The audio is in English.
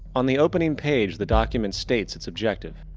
on the opening page the document states its objective.